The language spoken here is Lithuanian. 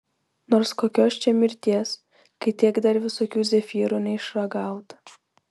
nors kokios čia mirties kai tiek dar visokių zefyrų neišragauta